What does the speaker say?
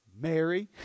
Mary